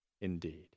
indeed